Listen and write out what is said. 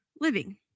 living